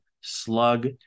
slug